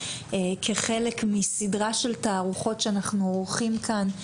כחלק מסדרה של תערוכות שאנחנו עורכים כאן.